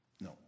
No